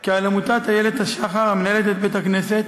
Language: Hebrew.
כי על עמותת "אילת השחר", המנהלת את בית-הכנסת,